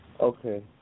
Okay